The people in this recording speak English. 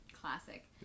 classic